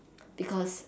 because